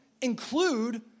include